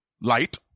light